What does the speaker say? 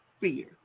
fear